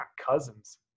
cousins